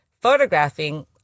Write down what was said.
photographing